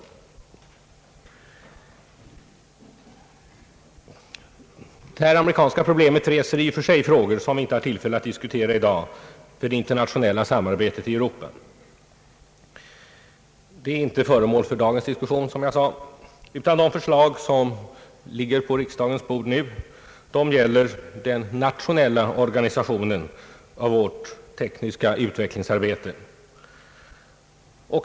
Detta amerikanska problem reser i och för sig frågor som vi inte har tid att diskutera i dag, nämligen frågor angående det internationella samarbetet i Europa. Dessa frågor är inte föremål för dagens diskussion, utan det förslag som nu ligger på riksdagens bord gäller den nationella organisationen av vårt tekniska utvecklingsarbete.